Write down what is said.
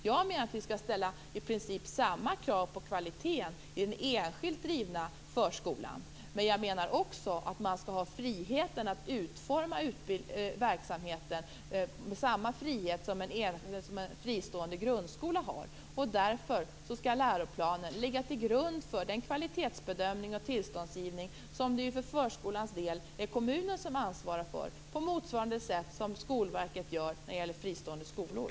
Jag menar att vi skall ställa i princip samma krav på kvaliteten i den enskilt drivna förskolan. Men jag menar också att man skall ha samma frihet som en fristående grundskola att utforma verksamheten. Därför skall läroplanen ligga till grund för den kvalitetsbedömning och tillståndsgivning som det ju för förskolans del är kommunen som ansvarar för på motsvarande sätt som Skolverket gör när det gäller fristående skolor.